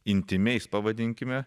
intymiais pavadinkime